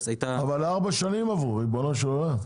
אבל עברו ארבע שנים, ריבונו של עולם.